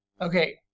Okay